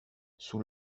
sous